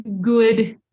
good